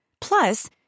Plus